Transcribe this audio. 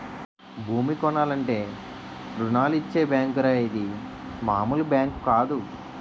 భూమి కొనాలంటే రుణాలిచ్చే బేంకురా ఇది మాములు బేంకు కాదు